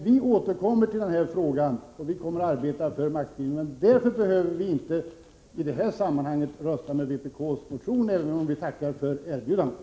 Vi återkommer till denna fråga, och vi kommer att arbeta för maktspridning, men därför behöver vi inte i det här sammanhanget rösta för vpk:s reservation — även om vi tackar för erbjudandet.